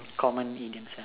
common idioms lah